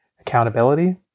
Accountability